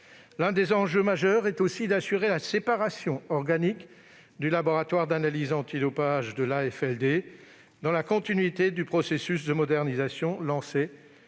L'un des enjeux majeurs est aussi d'assurer la séparation organique du laboratoire d'analyses antidopage d'avec l'AFLD, dans la continuité du processus de modernisation lancé